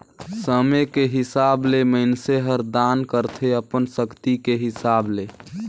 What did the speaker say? समे के हिसाब ले मइनसे हर दान करथे अपन सक्ति के हिसाब ले